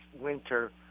winter